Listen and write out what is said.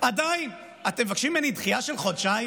עדיין אתם מבקשים ממני דחייה של חודשיים